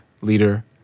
leader